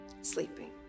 Sleeping